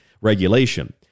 regulation